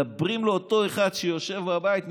מדברים לאותו אחד שיושב בבית,